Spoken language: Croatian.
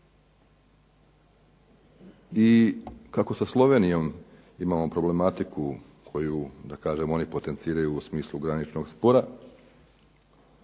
I kako sa Slovenijom imamo problematiku da kažem da oni potenciraju u smislu graničnog spora,